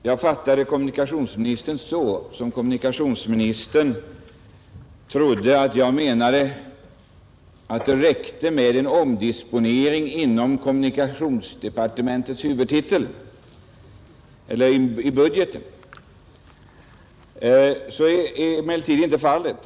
Herr talman! Jag fattade kommunikationsministern så att han trodde att jag menade att det skulle räcka med en omdisponering inom kommunikationsdepartementets huvudtitel. Så är emellertid inte fallet.